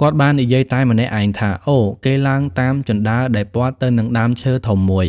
គាត់បាននិយាយតែម្នាក់ឯងថា អូ គេឡើងតាមជណ្តើរដែល ព័ទ្ធទៅនឹងដើមឈើធំមួយ